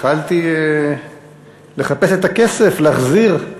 התחלתי לחפש את הכסף כדי להחזיר.